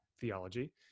theology